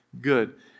good